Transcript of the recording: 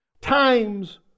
Times